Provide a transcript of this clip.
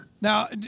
Now